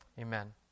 Amen